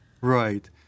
Right